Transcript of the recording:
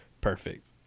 perfect